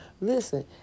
Listen